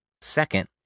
Second